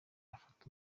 afata